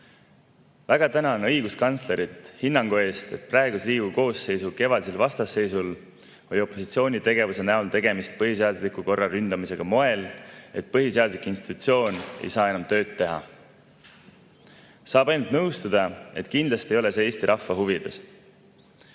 Väga tänan õiguskantslerit hinnangu eest, et praeguse Riigikogu koosseisu kevadisel vastasseisul oli opositsiooni tegevuse näol tegemist põhiseadusliku korra ründamisega moel, et põhiseaduslik institutsioon ei saa enam tööd teha. Saab ainult nõustuda, et kindlasti ei ole see Eesti rahva huvides.